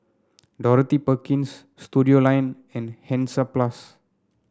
Dorothy Perkins Studioline and Hansaplast